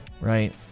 right